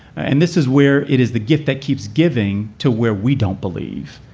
and this is where it is, the gift that keeps giving to where we don't believe.